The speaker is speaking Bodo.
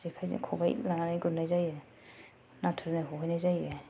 जेखायजो खबाय लानानै गुरनाय जायो नाथुर जुनाय हहैनाय जायो